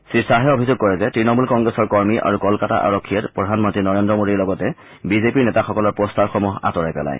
শ্ৰীশ্বাহে অভিযোগ কৰে যে তৃণমূল কংগ্ৰেছৰ কৰ্মী আৰু কলকাতা আৰক্ষীয়ে প্ৰধানমন্ত্ৰী নৰেন্দ্ৰ মোডীৰ লগতে বিজেপিৰ নেতাসকলৰ পষ্টাৰসমূহ আঁতৰাই পেলায়